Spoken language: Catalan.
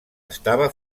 estava